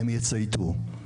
הם יצייתו.